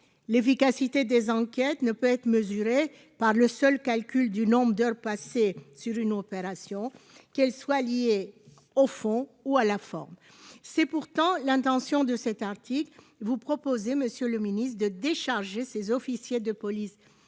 l'efficacité des enquêtes ne peut être mesurée par le seul calcul du nombre d'heures passées sur une opération qu'elle soit liée au fond ou à la forme, c'est pourtant l'intention de cet article, vous proposez monsieur le Ministre de décharger ses officiers de police